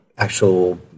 actual